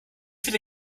viele